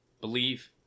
Believe